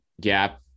gap